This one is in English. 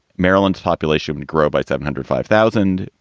maryland's population and grow by seven hundred five thousand.